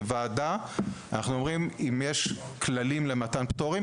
פה אנחנו אומרים שאם יש כללים למתן פטורים,